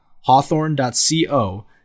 Hawthorne.co